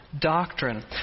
doctrine